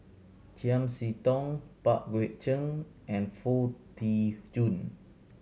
Chiam See Tong Pang Guek Cheng and Foo Tee Jun